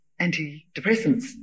antidepressants